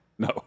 No